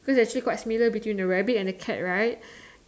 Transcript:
so it's actually quite similar between the rabbit and the cat right